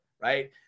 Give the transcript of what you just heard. right